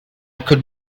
could